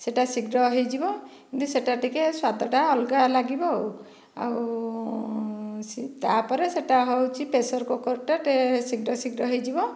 ସେଇଟା ଶୀଘ୍ର ହୋଇଯିବ ବି ସେଇଟା ଟିକିଏ ସ୍ୱାଦଟା ଅଲଗା ଲାଗିବ ଆଉ ସେ ତାପରେ ସେଇଟା ହେଉଛି ପ୍ରେସର କୁକର ଟା ଟିକିଏ ଶୀଘ୍ର ଶୀଘ୍ର ହୋଇଯିବ